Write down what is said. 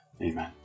Amen